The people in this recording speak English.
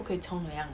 不可以冲凉